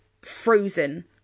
frozen